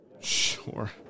Sure